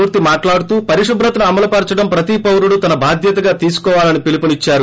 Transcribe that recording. మూర్తి మాట్లాడుతూ పరిశుభ్రతను అమలుపరచడం ప్రతీ పౌరుడు తన బాధ్యతగా తీసుకోవాలని పిలుపునిద్చారు